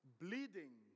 bleeding